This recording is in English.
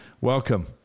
Welcome